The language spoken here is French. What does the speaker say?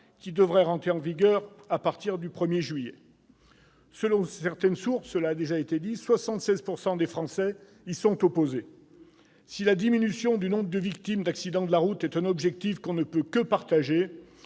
qui devrait entrer en vigueur à partir du 1 juillet prochain. Selon certaines sources, 76 % des Français y sont opposés. Si la diminution du nombre de victimes d'accidents de la route est un objectif que l'on ne peut que partager,